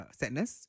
sadness